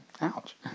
Ouch